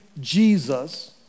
jesus